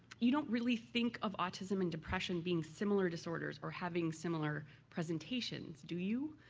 you don't really think of autism and depression being similar disorders or having similar presentations do you?